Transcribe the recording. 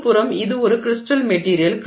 ஒருபுறம் இது ஒரு கிரிஸ்டல் மெட்டிரியல்